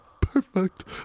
perfect